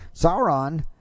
Sauron